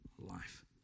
Life